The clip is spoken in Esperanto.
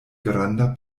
granda